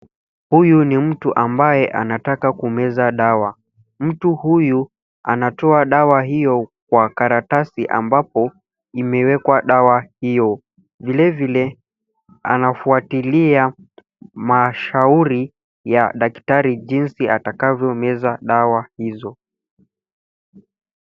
Huyu ni mtu ambaye anataka kumeza dawa. Mtu huyu anatoa dawa hiyo kwa karatasi ambapo imewekwa dawa hiyo. Vile vile, anafuatilia mashauri ya daktari jinsi atakavyomeza dawa hizo.